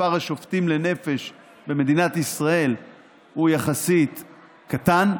מספר השופטים לנפש במדינת ישראל הוא יחסית קטן,